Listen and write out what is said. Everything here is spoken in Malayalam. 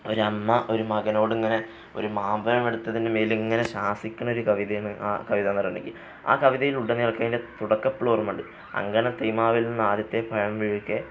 ഒരമ്മ ഒരു മകനോട് ഇങ്ങനെയൊരു മാമ്പഴം എടുത്തതിൻ്റെ പേരിലിങ്ങനെ ശാസിക്കുന്നൊരു കവിതയാണ് ആ കവിതയെന്ന് പറഞ്ഞിട്ടുണ്ടെങ്കില് ആ കവിതയില് തുടക്കം ഇപ്പോഴും ഓര്മയുണ്ട് അങ്കണത്തൈമാവില് നിന്നാദ്യത്തെ പഴം വീഴ്കെ